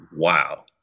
Wow